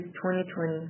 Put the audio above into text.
2020